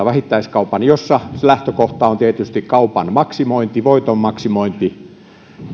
vähittäiskauppaan jossa lähtökohta on tietysti kaupan maksimointi voiton maksimointi